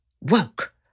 woke